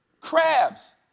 Crabs